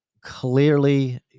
clearly